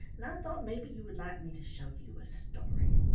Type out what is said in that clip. and i thought maybe you would like me to show you a story.